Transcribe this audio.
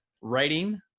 writing